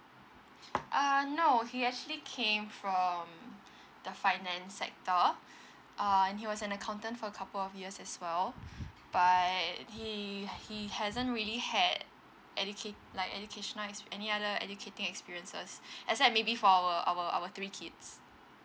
uh no he actually came from the finance sector err and he was an accountant for a couple of years as well but he he hasn't really had educate like educational experience like any other educating experiences except maybe for our our our three kids